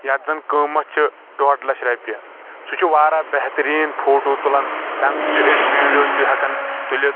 یتھ زن قۭمت چھ ڈۄڈ لچھ رۄپیہِ سُہ چھُ واریاہ بہتریٖن فوٹو تُلان تَمہِ سۭتۍ چھ أسۍ ویڈیو تہِ ہٮ۪کان تُلِتھ